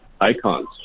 icons